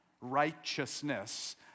righteousness